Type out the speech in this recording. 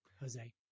Jose